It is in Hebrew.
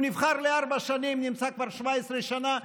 הוא נבחר לארבע שנים ונמצא כבר 17 שנה,